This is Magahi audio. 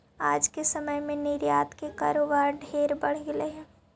आज के समय में निर्यात के कारोबार ढेर बढ़ गेलई हे